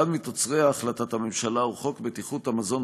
אחד מתוצרי החלטת הממשלה הוא חוק בטיחות המזון,